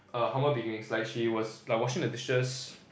err humble beginnings like she was like washing the dishes